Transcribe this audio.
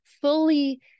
fully